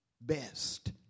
best